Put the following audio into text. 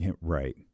Right